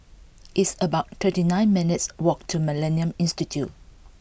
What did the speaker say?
it's about thirty nine minutes' walk to Millennia Institute